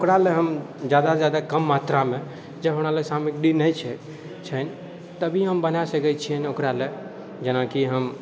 तऽ ओकरालए हम ज्यादासँ ज्यादा कम मात्रामे जब हमरा लग सामग्री नहि छै छनि तभी हम बना सकै छिअनि ओकरालए जेनाकि हम